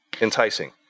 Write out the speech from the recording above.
enticing